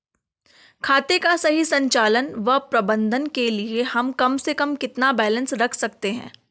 खाते का सही संचालन व प्रबंधन के लिए हम कम से कम कितना बैलेंस रख सकते हैं?